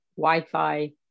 Wi-Fi